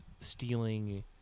stealing